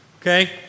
Okay